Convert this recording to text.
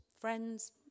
friends